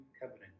Covenant